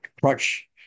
crutch